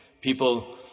People